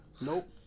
Nope